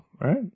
Right